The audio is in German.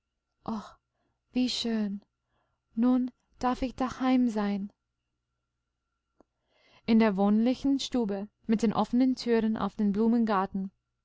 wie schön nun darf ich daheim sein in der wohnlichen stube mit den offenen türen auf den